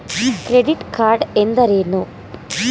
Credit card ಎಂದರೇನು?